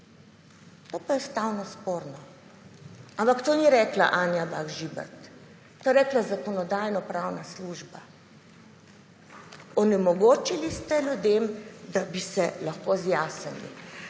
To pa je ustavno sporno. Ampak to ni rekla Anja Bah Žibert, to je rekla Zakonodajno-pravna služba. Onemogočili ste ljudem, da bi se lahko zjasnili.